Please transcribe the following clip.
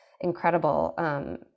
incredible